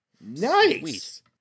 Nice